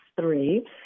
three